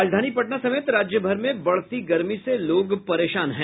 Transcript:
राजधानी पटना समेत राज्यभर में बढ़ती गर्मी से लोग परेशान हैं